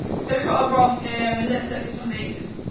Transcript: so we've got our graph here and we look look at some of these,